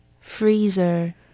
Freezer